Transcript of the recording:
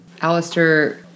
Alistair